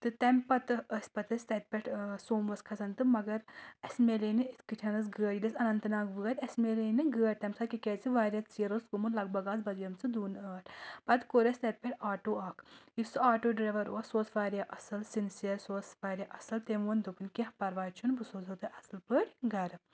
تہٕ تَمہِ پَتہٕ ٲسۍ پَتہٕ أسۍ تَتہِ پؠٹھ سوموَس کھَسان تہٕ مگر اَسہِ مِلے نہٕ اِتھ کٲٹھۍ اسہِ گٲڑۍ ییٚلہِ أسۍ اننت ناگ وٲتۍ اَسہِ میلے نہٕ گٲڑۍ تَمہِ ساتہٕ کیٛازِ واریاہ ژیر اوس گوٚمُت لگ بگ آسہٕ بجے مٕژٕ دوٗنہٕ ٲٹھ پَتہٕ کوٚر اَسہِ تَتہِ پؠٹھ آٹو اَکھ یُس سُہ آٹو ڈرایوَر اوس سُہ اوس واریاہ اَصٕل سِنسِیر سُہ اوس واریاہ اَصٕل تمہِ ووٚن دوٚپُن کینٛہہ پَرواے چھُنہٕ بہٕ سوزو تۄہہِ اَصٕل پٲٹھۍ گرٕ